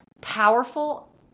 powerful